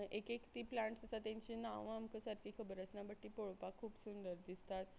एक एक ती प्लांट्स आसा तांची नांव आमकां सारकी खबर आसना बट ती पळोवपाक खूब सुंदर दिसतात